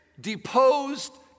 deposed